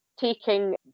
taking